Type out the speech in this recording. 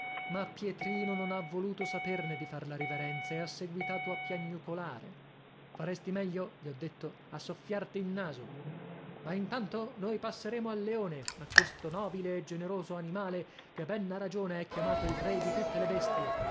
ma pietrino non ha voluto saperne di far la riverenza e ha seguitato a piagnucolare faresti meglio gli ho detto a soffiarti il naso ma intanto noi passeremo al leone a questo nobile e generoso animale che ben a ragione è chiamato il re di tutte le bestie